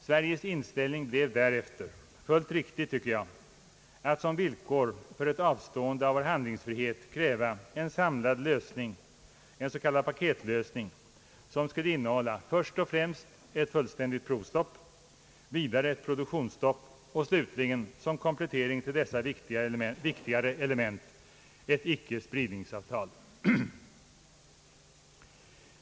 Sveriges inställning blev därefter — fullt riktigt tycker jag — att som villkor för ett avstående av vår handlingsfrihet kräva en samlad lösning, en s.k. paketlösning, som skulle innehålla först och främst ett totalt provstopp, vidare ett produktionsstopp och slutligen såsom en komplettering till dessa viktiga element ett icke-spridningsavtal.